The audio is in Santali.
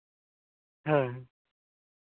ᱦᱮᱸ